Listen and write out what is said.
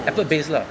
effort based lah